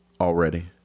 already